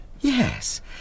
Yes